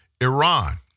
Iran